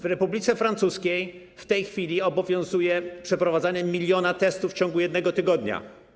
W Republice Francuskiej w tej chwili obowiązuje przeprowadzanie miliona testów w ciągu jednego tygodnia.